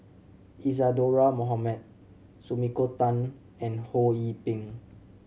Isadhora Mohamed Sumiko Tan and Ho Yee Ping